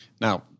Now